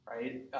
right